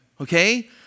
okay